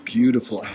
Beautiful